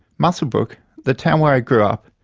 muswellbrook, the town where i grew up,